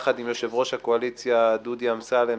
יחד עם יושב-ראש הקואליציה דודי אמסלם,